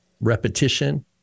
repetition